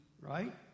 right